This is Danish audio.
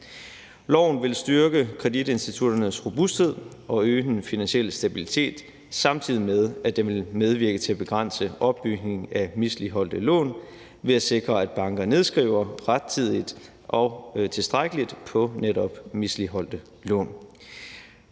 Loven vil styrke kreditinstitutternes robusthed og øge den finansielle stabilitet, samtidig med at den vil medvirke til at begrænse opbygning af misligholdte lån ved at sikre, at banker nedskriver rettidigt og tilstrækkeligt på netop misligholdte lån.